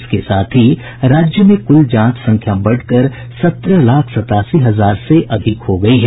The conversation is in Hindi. इसके साथ ही राज्य में जांच की कुल संख्या बढकर सत्रह लाख सतासी हजार से अधिक हो गयी है